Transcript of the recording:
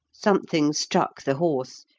something struck the horse,